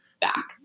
back